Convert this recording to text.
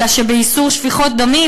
אלא שבאיסור שפיכות דמים,